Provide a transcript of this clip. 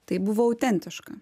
tai buvo autentiška